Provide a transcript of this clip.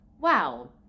wow